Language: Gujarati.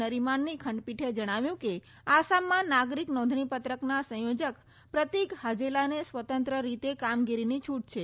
નરીમાનની ખંડપીઠે જણાવ્યું કે આસામમાં નાગિરક નોંધણીપત્રકના સંયોજક પ્રતિક હાજેલાને સ્વતંત્ર રીતે કામગીરીની છૂટ છે